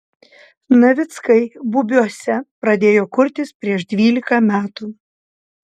navickai bubiuose pradėjo kurtis prieš dvylika metų